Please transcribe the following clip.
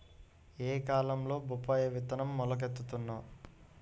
ఏ కాలంలో బొప్పాయి విత్తనం మొలకెత్తును?